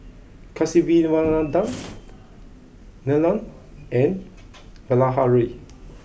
Kasiviswanathan Neelam and Bilahari